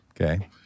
Okay